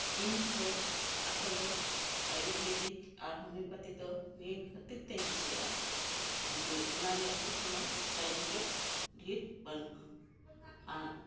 ᱤᱧ ᱫᱚ ᱟᱥᱚᱞᱮ ᱟᱭᱩᱨᱵᱮᱫᱤᱠ ᱟᱨ ᱦᱚᱢᱤᱭᱚ ᱯᱟᱛᱤ ᱫᱚ ᱱᱤᱭᱟᱹ ᱠᱷᱟᱹᱛᱤᱨ ᱛᱮᱧ ᱠᱩᱥᱤᱭᱟᱜᱼᱟ ᱡᱮ ᱚᱱᱟᱨᱮᱭᱟᱜ ᱫᱚ ᱠᱚᱱᱚ ᱥᱟᱭᱤᱴ ᱮᱯᱷᱮᱠᱴ ᱰᱷᱮᱨ ᱵᱟᱹᱱᱩᱜᱼᱟ ᱟᱨ